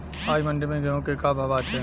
आज मंडी में गेहूँ के का भाव बाटे?